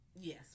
Yes